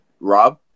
Rob